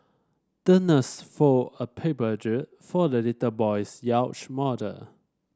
the nurse fold a paper jib for the little boy's yacht model